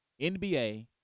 NBA